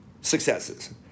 successes